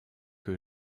que